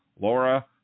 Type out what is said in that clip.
Laura